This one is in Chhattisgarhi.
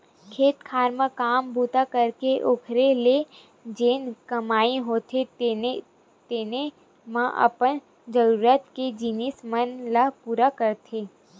खेत खार म काम बूता करके ओखरे ले जेन कमई होथे तेने म अपन जरुरत के जिनिस मन ल पुरा करथे